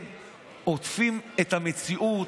הם עוטפים את המציאות,